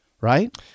right